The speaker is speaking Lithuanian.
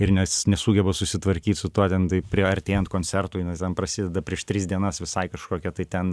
ir nes nesugeba susitvarkyt su tuo ten tai prie artėjant koncertui ten prasideda prieš tris dienas visai kažkokie tai ten